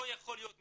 לא יכול להיות מצב,